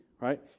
right